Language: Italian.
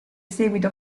seguito